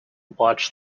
watch